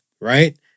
right